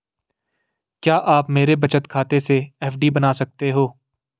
क्या आप मेरे बचत खाते से एफ.डी बना सकते हो?